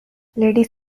ladies